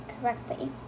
correctly